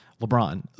LeBron